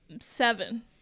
seven